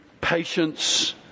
Patience